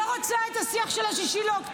לא רוצה את השיח של 6 באוקטובר.